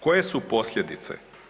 Koje su posljedice?